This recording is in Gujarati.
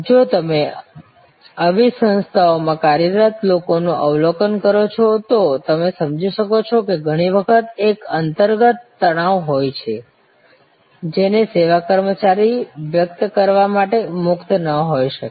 જો તમે આવી સંસ્થાઓમાં કાર્યરત લોકોનું અવલોકન કરો છો તો તમે સમજી શકશો કે ઘણી વખત એક અંતર્ગત તણાવ હોય છે જેને સેવા કર્મચારી વ્યક્ત કરવા માટે મુક્ત ન હોઈ શકે